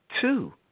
Two